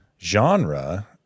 genre